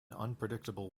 unpredictable